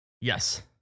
yes